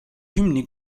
hümni